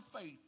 faith